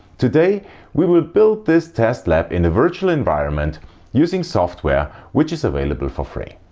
today we will build this test lab in a virtual environment using software which is available for free.